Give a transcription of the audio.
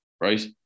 right